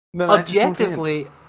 objectively